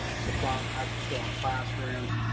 supplies were still in classrooms,